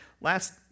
Last